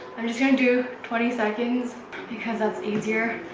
i'm just gonna do twenty seconds because that's easier